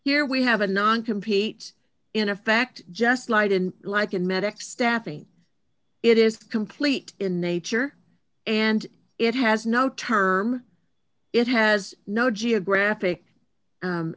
here we have a non compete in effect just slide in like an medics staffing it is complete in nature and it has no term it has no geographic